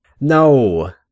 No